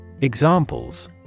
Examples